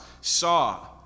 saw